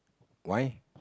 why